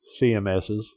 CMSs